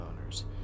owners